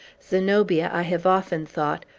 zenobia, i have often thought,